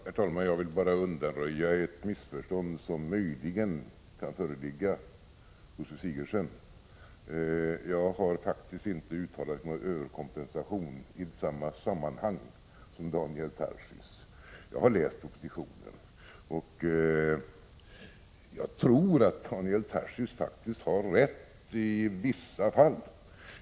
Herr talman! Jag vill bara undanröja ett missförstånd som möjligen kan föreligga hos fru Sigurdsen. Jag har faktiskt inte uttalat mig om överkompensation i samma sammanhang som Daniel Tarschys. Jag har läst propositionen, och jag tror att Daniel Tarschys faktiskt har rätt i vissa fall.